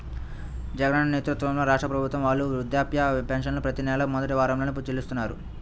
జగనన్న నేతృత్వంలోని రాష్ట్ర ప్రభుత్వం వాళ్ళు వృద్ధాప్య పెన్షన్లను ప్రతి నెలా మొదటి వారంలోనే చెల్లిస్తున్నారు